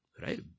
right